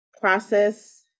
process